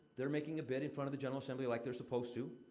they're making a bid in front of the general assembly, like they're supposed to.